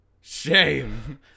Shame